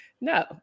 No